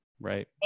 right